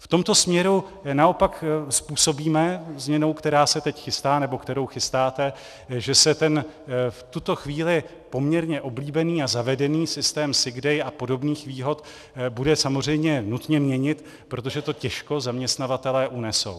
V tomto směru naopak způsobíme změnou, která se teď chystá, nebo kterou chystáte, že se ten v tuto chvíli poměrně oblíbený a zavedený systém sick day a podobných výhod bude samozřejmě nutně měnit, protože to těžko zaměstnavatelé unesou.